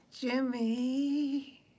Jimmy